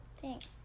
Thanks